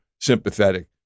sympathetic